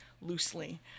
loosely